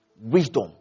wisdom